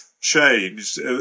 changed